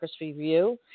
Review